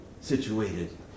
situated